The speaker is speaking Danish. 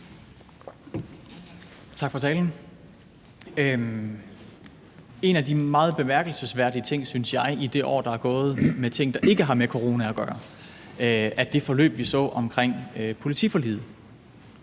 synes, at en af de meget bemærkelsesværdige ting, der er sket i det år, der er gået, i forhold til de ting, der ikke har med corona at gøre, er det forløb, vi så, omkring politiforliget,